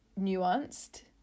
nuanced